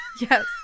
Yes